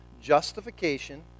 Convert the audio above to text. justification